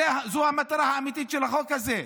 זו המטרה האמיתית של החוק הזה.